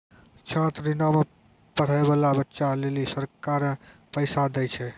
छात्र ऋणो मे पढ़ै बाला बच्चा लेली सरकारें पैसा दै छै